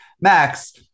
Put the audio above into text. Max